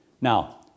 Now